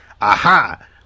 Aha